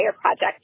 project